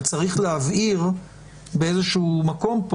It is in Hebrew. אבל צריך להבהיר באיזשהו מקום,